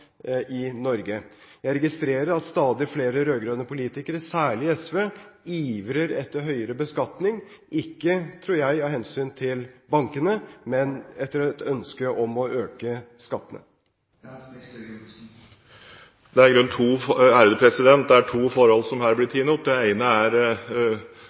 i Norge? Jeg registrerer at stadig flere rød-grønne politikere, særlig i SV, ivrer etter høyere beskatning – ikke, tror jeg, av hensyn til bankene, men etter ønske om å øke skattene. Det er to forhold som blir tatt opp her. Det ene er